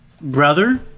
brother